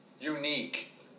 unique